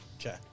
Okay